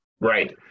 Right